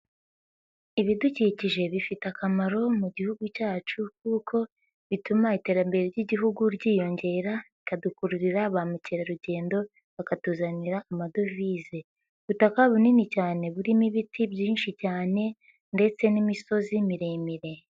Ibidukikije bifite akamaro mu gihugu cyacu kuko bituma iterambere ry'igihugu ryiyongera rikadukururira ba mukerarugendo bakatuzanira amadovize. Ubutaka bunini cyane burimo ibiti byinshi cyane ndetse n'imisozi miremire.